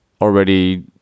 already